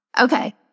Okay